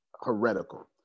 heretical